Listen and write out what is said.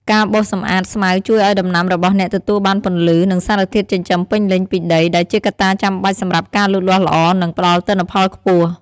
ការបោសសម្អាតស្មៅជួយឱ្យដំណាំរបស់អ្នកទទួលបានពន្លឺ និងសារធាតុចិញ្ចឹមពេញលេញពីដី ដែលជាកត្តាចាំបាច់សម្រាប់ការលូតលាស់ល្អ និងផ្តល់ទិន្នផលខ្ពស់។